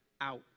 out